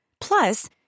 Plus